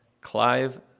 Clive